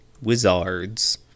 Wizards